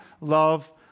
love